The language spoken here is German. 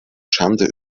schande